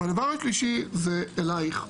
והדבר השלישי זה אליך,